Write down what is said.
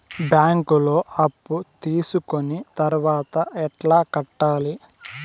బ్యాంకులో అప్పు తీసుకొని తర్వాత ఎట్లా కట్టాలి?